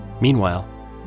Meanwhile